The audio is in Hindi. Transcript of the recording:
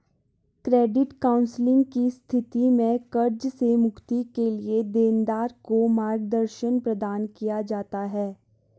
क्रेडिट काउंसलिंग की स्थिति में कर्ज से मुक्ति के लिए देनदार को मार्गदर्शन प्रदान किया जाता है